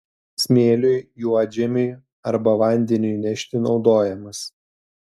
smėliui juodžemiui arba vandeniui nešti naudojamas